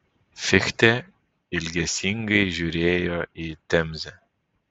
fichtė ilgesingai žiūrėjo į temzę